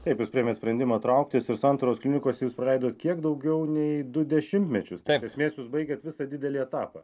taip jūs priėmėt sprendimą trauktis ir santaros klinikose jūs praleidot kiek daugiau nei du dešimtmečius iš esmės jūs baigėt visą didelį etapą